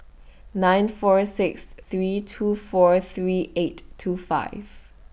nine four six three two four three eight two five